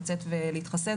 לצאת ולהתחסן,